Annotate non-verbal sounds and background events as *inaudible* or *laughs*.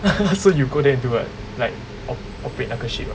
*laughs* so you go there and do what like operate 那个 ship ah